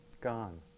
Gone